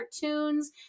cartoons